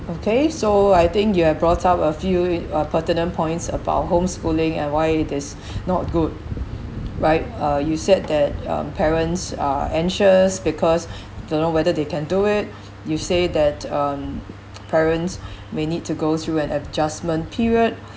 okay so I think you have brought up a few uh pertinent points about homeschooling and why this not good right uh you said that um parents are anxious because don't know whether they can do it you say that um parents may need to go through an adjustment period